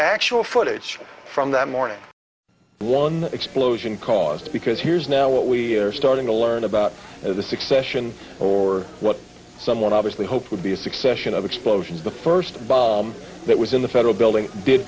actual footage from that morning one explosion caused because here's now what we are starting to learn about the succession or what someone obviously hoped would be a succession of explosions the first bomb that was in the federal building did